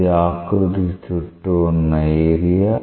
ఇది ఆకృతి కి చుట్టూ ఉన్న ఏరియా